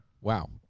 Wow